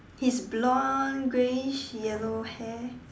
his blond greyish yellow hair